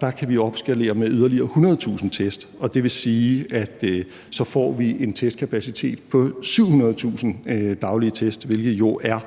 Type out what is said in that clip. Der kan vi opskalere med yderligere 100.000 test, og det vil sige, at vi så får en testkapacitet på 700.000 daglige test, hvilket jo er